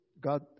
God